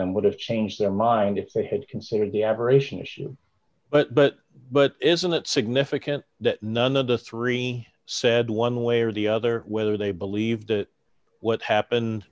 them would have changed their mind if they had considered the abberation issue but but but isn't it significant that none of the three said one way or the other whether they believe that what happened